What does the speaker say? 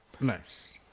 Nice